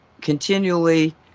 continually